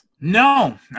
No